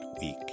week